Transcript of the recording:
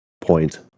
point